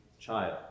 child